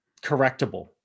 correctable